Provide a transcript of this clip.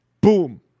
Boom